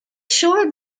shore